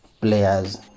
players